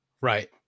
right